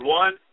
one